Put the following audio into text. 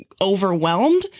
overwhelmed